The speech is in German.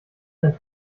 ein